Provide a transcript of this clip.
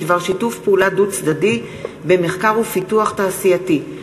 בדבר שיתוף פעולה דו-צדדי במחקר ופיתוח תעשייתי,